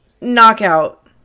knockout